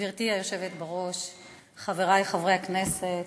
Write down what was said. גברתי היושבת בראש, חבריי חברי הכנסת